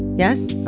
yes?